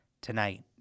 Tonight